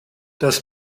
das